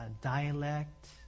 dialect